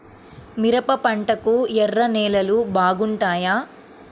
మిరప పంటకు ఎర్ర నేలలు బాగుంటాయా?